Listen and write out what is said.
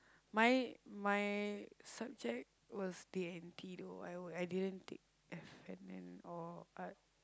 my my subject was D-and-T though I didn't take F-and-N or art